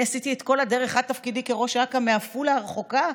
אני עשיתי את כל הדרך עד תפקידי כראש אכ"א מעפולה הרחוקה,